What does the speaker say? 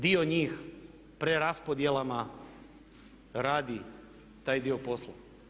Dio njih preraspodjelama radi taj dio posla.